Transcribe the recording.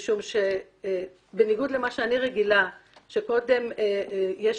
משום שבניגוד למה שאני רגילה שקודם יש